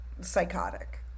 psychotic